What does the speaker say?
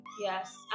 yes